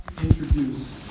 introduce